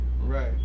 right